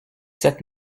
sept